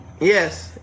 Yes